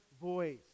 voice